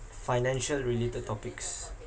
financial related topics